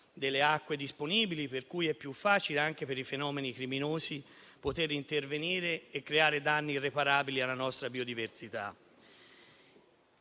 delle acque disponibili. È pertanto più facile per i fenomeni criminosi poter intervenire e creare danni irreparabili alla nostra biodiversità.